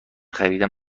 خریدم